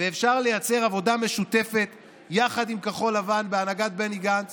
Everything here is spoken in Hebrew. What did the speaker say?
ואפשר לייצר עבודה משותפת יחד עם כחול לבן בהנהגת בני גנץ